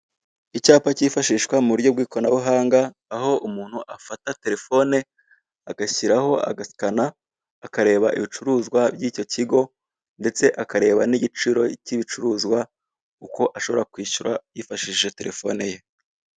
Icyapa kifashishwa mu buryo bw'ikoranabuhanga, aho umuntu afata telefone agashyiraho agasikana, akareba ibicuruzwa by'icyo kigo, ndetse akareba n'igiciro cy'ibicuruzwa, uko ashobora kwishyura yifashishije telefone ye.